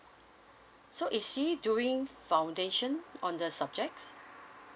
so is he doing foundation on the subjects